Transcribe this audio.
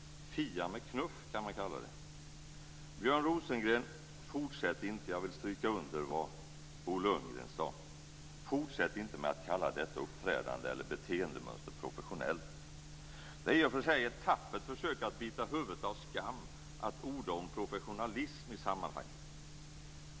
"Fia med knuff" kan man kalla det. Björn Rosengren, fortsätt inte - jag vill understryka vad Bo Lundgren sade - med att kalla detta uppträdande eller beteendemönster professionellt. Det är ett tappert försök att bita huvudet av skam att orda om professionalism i sammanhanget.